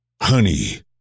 Honey